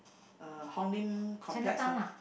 uh Hong-Lim-Complex loh